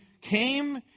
came